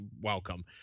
welcome